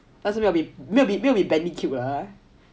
但是没有比 benny cute lah hor